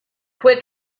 fue